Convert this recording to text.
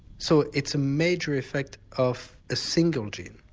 so it's a major effect of a single gene